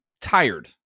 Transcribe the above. tired